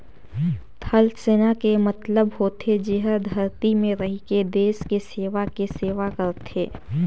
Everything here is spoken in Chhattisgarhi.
थलसेना के मतलब होथे जेहर धरती में रहिके देस के सेवा के सेवा करथे